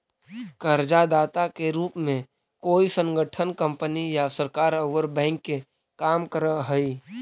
कर्जदाता के रूप में कोई संगठन कंपनी या सरकार औउर बैंक के काम करऽ हई